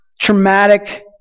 traumatic